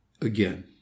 again